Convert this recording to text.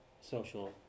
social